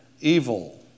evil